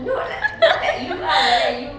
not like not like you look lah but then you